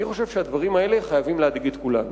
אני חושב שהדברים האלה חייבים להדאיג את כולנו.